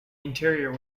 interior